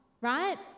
right